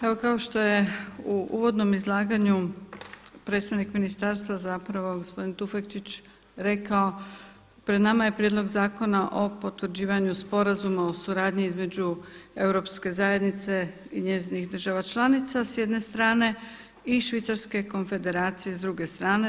Evo kao što je u uvodnom izlaganju, predstavnik Ministarstva zapravo gospodin Tufekčić rekao pred nama je Prijedlog zakona o potvrđivanju Sporazuma o suradnji između Europske zajednice i njezinih država članica s jedne strane i Švicarske Konfederacije s druge strane.